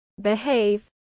behave